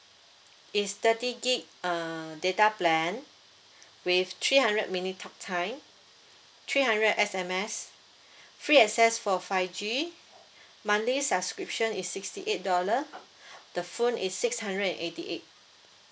is thirty G_B uh data plan with three hundred minutes talk time three hundred S_M_S free access for five g monthly subscription is sixty eight dollars the phone is six hundred and eighty eight